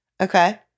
Okay